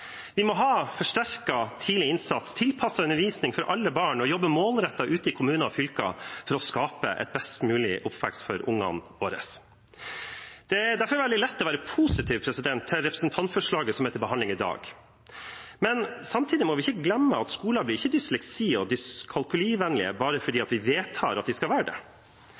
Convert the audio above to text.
Vi må ha forsterket tidlig innsats, tilpasset undervisning for alle barn og jobbe målrettet ute i kommuner og fylker for å skape en best mulig oppvekst for ungene våre. Det er derfor veldig lett å være positiv til representantforslaget som er til behandling i dag. Samtidig må vi ikke glemme at skolene ikke blir dysleksi- og dyskalkulivennlige bare fordi man vedtar at de skal være det.